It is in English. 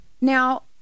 Now